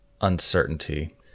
uncertainty